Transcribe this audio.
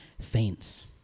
faints